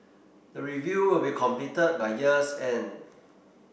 the review will be completed by year's end